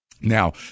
Now